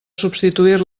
substituir